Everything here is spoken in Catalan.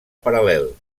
paral·lel